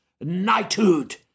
knighthood